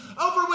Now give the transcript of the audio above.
over